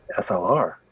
SLR